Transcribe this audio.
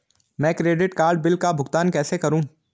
मैं credit card bill का भुगतान कैसे करूं?